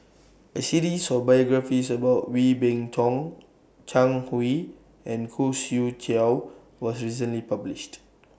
A series of biographies about Wee Beng Chong Zhang Hui and Khoo Swee Chiow was recently published